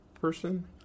person